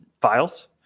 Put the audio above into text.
files